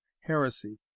heresy